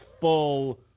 full